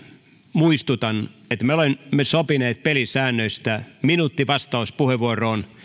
muistutan että me olemme sopineet pelisäännöistä minuutti vastauspuheenvuoroon